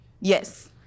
Yes